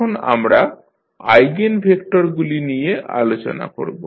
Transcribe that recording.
এখন আমরা আইগেনভেক্টরগুলি নিয়ে আলোচনা করব